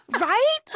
Right